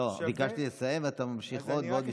לא, ביקשתי לסיים ואתה ממשיך עוד ועוד משפט.